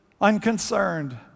unconcerned